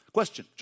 Question